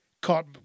caught